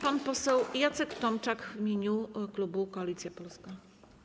Pan poseł Jacek Tomczak w imieniu klubu Koalicja Polska.